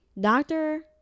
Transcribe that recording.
Doctor